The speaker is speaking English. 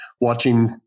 watching